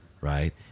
right